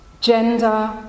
gender